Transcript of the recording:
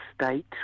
state